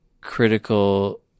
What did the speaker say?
critical